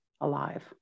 alive